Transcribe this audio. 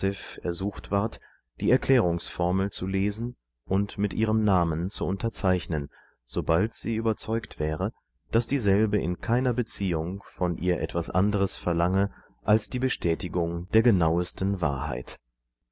ersucht ward die erklärungsformel zu lesen und mit ihrem namen zu unterzeichnen sobald sie überzeugt wäre daß dieselbe in keiner beziehung von ihr etwas anderes verlangealsdiebestätigungdergenauestenwahrheit als sie